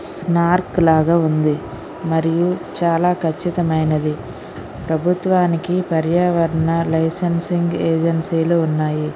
Snark లాగ ఉంది మరియు చాలా ఖచ్చితమైనది ప్రభుత్వానికి పర్యావరణాల లైసెన్సీంగ్ ఏజెన్సీలు ఉన్నాయి